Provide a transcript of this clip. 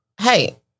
hey